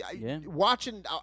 Watching